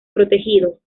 protegidos